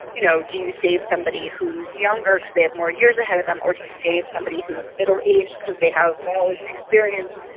you know, do you save somebody who's younger because they have more years ahead of them, or do you save somebody who is middle-aged because they have knowledge and experience?